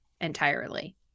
entirely